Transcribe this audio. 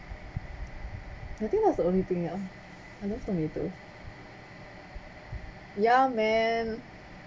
I think that's the only thing ah I love tomato ya man